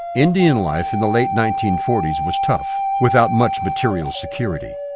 indian life in the late nineteen forty s was tough, without much material security.